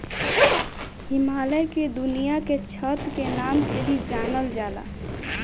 हिमालय के दुनिया के छत के नाम से भी जानल जाला